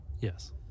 Yes